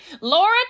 Laura